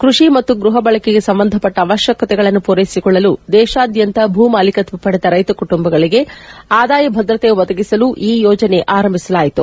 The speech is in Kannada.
ಕೃಷಿ ಮತ್ತು ಗೃಪಬಳಕೆಗೆ ಸಂಬಂಧಪಟ್ಟ ಅವಶ್ಯಕತೆಗಳನ್ನು ಪೂರೈಸಿಕೊಳ್ಳಲು ದೇಶಾದ್ಯಂತ ಭೂಮಾಲೀಕತ್ವ ಹೊಂದಿದ ಎಲ್ಲಾ ರೈತ ಕುಟುಂಬಗಳಿಗೆ ಆದಾಯ ಭದ್ರತೆ ಒದಗಿಸಲು ಈ ಯೋಜನೆ ಆರಂಭಿಸಲಾಯಿತು